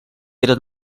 eren